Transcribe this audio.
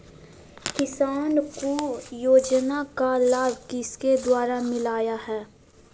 किसान को योजना का लाभ किसके द्वारा मिलाया है?